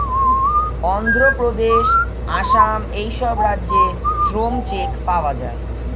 অন্ধ্রপ্রদেশ, আসাম এই সব রাজ্যে শ্রম চেক পাওয়া যায়